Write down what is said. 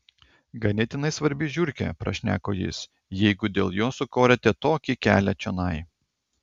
ganėtinai svarbi žiurkė prašneko jis jeigu dėl jos sukorėte tokį kelią čionai